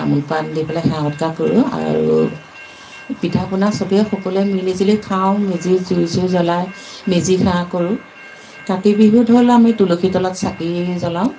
তামোল পান দি পেলাই সেৱা সৎকাৰ কৰোঁ আৰু পিঠাপনা চবে সকলোৱে মিলিজুলি খাওঁ মেজি জুই ছুই জ্বলাই মেজি সেৱা কৰোঁ কাতি বিহুত হ'ল আমি তুলসী তলত চাকি জ্বলাওঁ